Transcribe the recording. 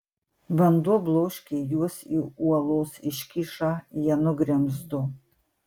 vanduo bloškė juos į uolos iškyšą jie nugrimzdo